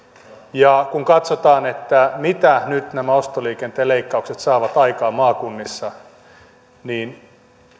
ja kun katsotaan mitä nyt nämä ostoliikenteen leikkaukset saavat aikaan maakunnissa niin